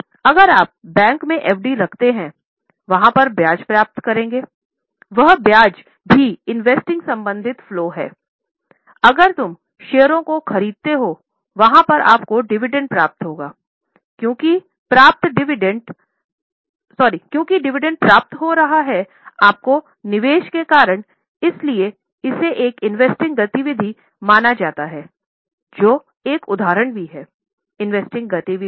अगर आप बैंक में एफडी लगाते हैं वहाँ पर ब्याज प्राप्त करेगा वह ब्याज भी इन्वेस्टिंग गति विधि का